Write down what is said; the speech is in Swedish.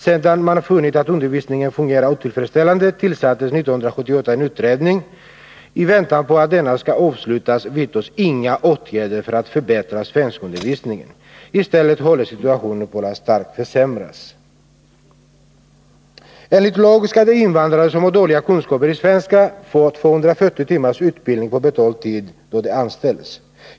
Sedan man funnit att undervisningen fungerade otillfredsställande, tillsattes 1978 en utredning . I väntan på att denna skall avslutas vidtas inga åtgärder för att förbättra svenskundervisningen. I stället håller situationen nu på att starkt försämras. Enligt lag skall de invandrare som har dåliga kunskaper i svenska få 240 timmars utbildning på betald tid då de anställs.